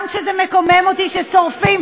גם כשזה מקומם אותי ששורפים,